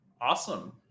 Awesome